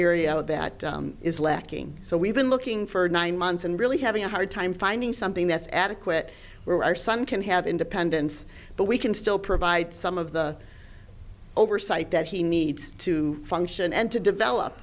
area that is lacking so we've been looking for nine months and really having a hard time finding something that's adequate where our son can have independence but we can still provide some of the oversight that he needs to function and to develop